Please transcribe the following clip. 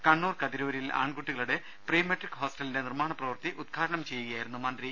കണ്ണൂർ കതിരൂരിൽ ആൺകുട്ടികളുടെ pre matric ഹോസ്റ്റലിന്റെ നിർമ്മാണ പ്രവൃത്തി ഉദ്ഘാടനം ചെയ്യുകയായിരുന്നു മന്ത്രി